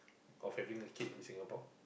of having a kid in Singapore